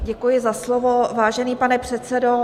Děkuji za slovo, vážený pane předsedo.